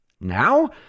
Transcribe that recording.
Now